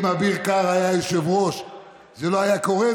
אם אביר קארה היה היושב-ראש, זה לא היה קורה.